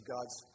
God's